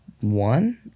One